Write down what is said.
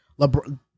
LeBron